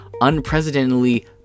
unprecedentedly